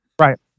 Right